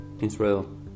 Israel